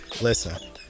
listen